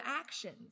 actions